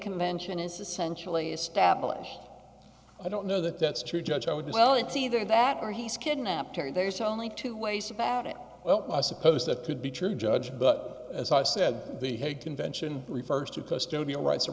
convention is essentially established i don't know that that's true judge i would be well it's either that or he's kidnapped or there's only two ways about it well i suppose that could be true judge but as i said the hague convention refers to custom your rights ar